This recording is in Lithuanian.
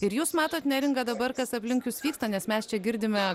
ir jūs matot neringa dabar kas aplink jus vyksta nes mes čia girdime